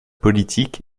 politique